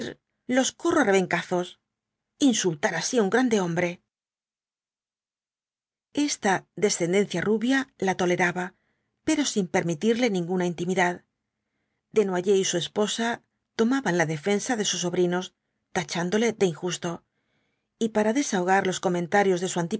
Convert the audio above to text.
los corro á rebencazos insultar así á un grande hombre esta descendencia rubia la toleraba pero sin permitirle ninguna intimidad desnoyers y su esposa tomaban la defensa de sus sobrinos tachándole de injusto y para desahogar los comentarios de